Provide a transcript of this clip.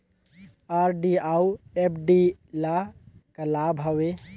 RD अऊ FD ल का लाभ हवे?